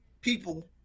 people